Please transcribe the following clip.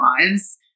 lives